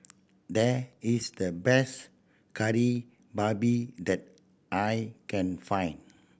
that is the best Kari Babi that I can find